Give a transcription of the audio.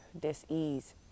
dis-ease